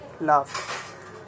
laugh